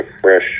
fresh